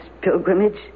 pilgrimage